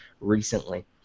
recently